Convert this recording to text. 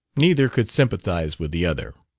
neither could sympathize with the other.